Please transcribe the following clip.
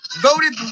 voted